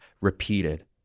repeated